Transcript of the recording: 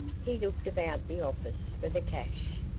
he looked about the office for the cash,